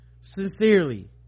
Sincerely